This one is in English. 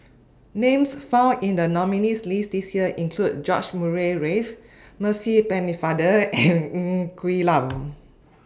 Names found in The nominees' list This Year include George Murray Reith Percy Pennefather and Ng Quee Lam